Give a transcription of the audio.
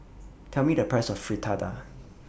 Tell Me The Price of Fritada